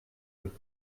feu